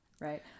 Right